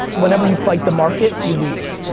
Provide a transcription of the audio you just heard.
whenever you fight the market, you lose.